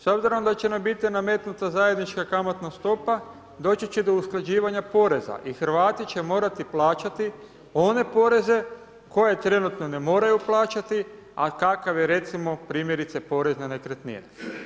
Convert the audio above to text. S obzirom da će nam biti nametnuta zajednička kamatna stopa doći će do usklađivanja poreza i Hrvati će morati plaćati one poreze koje trenutno ne moraju plaćati, a kakav je recimo primjerice porez na nekretnine.